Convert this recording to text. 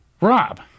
Rob